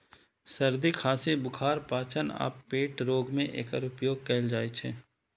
सर्दी, खांसी, बुखार, पाचन आ पेट रोग मे एकर उपयोग कैल जाइ छै